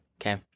Okay